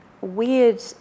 weird